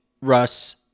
Russ